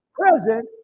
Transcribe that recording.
present